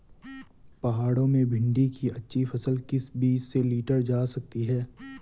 पहाड़ों में भिन्डी की अच्छी फसल किस बीज से लीटर जा सकती है?